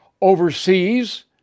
Overseas